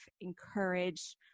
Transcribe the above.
encourage